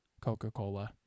Coca-Cola